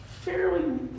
fairly